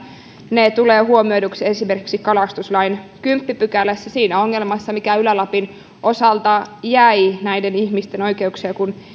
ne tulevat huomioiduksi esimerkiksi kalastuslain kymmenennessä pykälässä siinä ongelmassa mikä ylä lapin osalta jäi näiden ihmisten oikeuksia kun